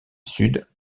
sud